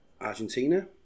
argentina